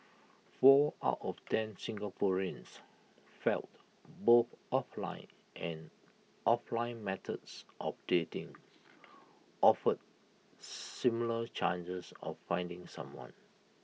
four out of ten Singaporeans felt both offline and offline methods of dating offered similar chances of finding someone